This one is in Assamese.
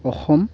অসম